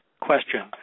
question